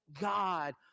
God